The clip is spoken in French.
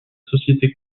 société